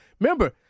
remember